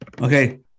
Okay